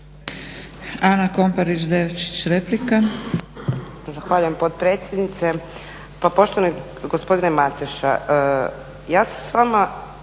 **Komparić Devčić, Ana (SDP)** Zahvaljujem potpredsjednice. Pa poštovani gospodine Mateša ja se s vama